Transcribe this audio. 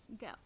Go